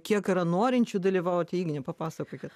kiek yra norinčių dalyvauti igne papasakokit